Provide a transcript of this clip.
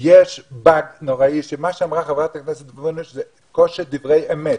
יש באג נוראי שמה שאמרה חברת הכנסת וונש זה קול של דברי אמת.